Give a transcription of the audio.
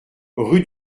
rue